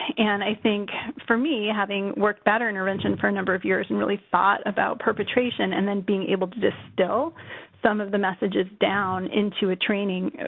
and i think, for me, having worked in batterer intervention for a number of years and really thought about perpetration, and then being able to distill some of the messages down into training, and